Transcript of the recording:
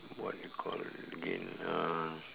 what you call again uh